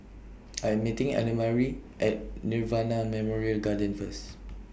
I'm meeting Annamarie At Nirvana Memorial Garden First